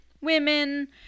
women